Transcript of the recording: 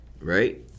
Right